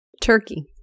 Turkey